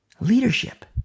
Leadership